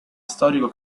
storico